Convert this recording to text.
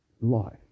life